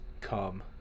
come